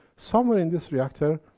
somewhere in this reactor,